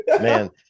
man